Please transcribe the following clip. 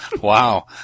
Wow